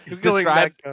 Describe